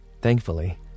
Thankfully